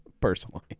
personally